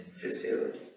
facility